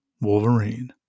Wolverine